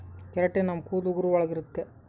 keratin ನಮ್ ಕೂದಲು ಉಗುರು ಒಳಗ ಇರುತ್ತೆ